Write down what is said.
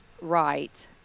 right